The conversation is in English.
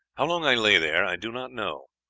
how long i lay there i do not know.